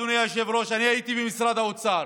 אדוני היושב-ראש: אני הייתי במשרד האוצר,